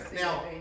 Now